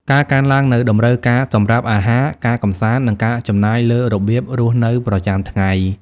ការកើនឡើងនូវតម្រូវការសម្រាប់អាហារ ការកម្សាន្ត និងការចំណាយលើរបៀបរស់នៅប្រចាំថ្ងៃ។